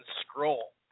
scroll